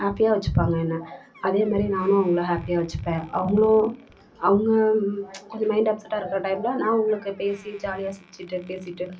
ஹேப்பியாக வைச்சுப்பாங்க என்னை அதே மாதிரி நானும் அவங்களை ஹேப்பியாக வைச்சுப்பேன் அவர்களும் அவங்க கொஞ்சம் மைண்ட் அப்செட்டாக இருக்கிற டைமில் நான் அவங்களுக்கு பேசி ஜாலியாக சிரிச்சுவிட்டு பேசிவிட்டு